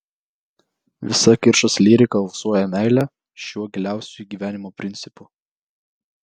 visa kiršos lyrika alsuoja meile šiuo giliausiuoju gyvenimo principu